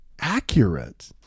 accurate